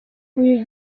uyu